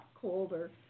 colder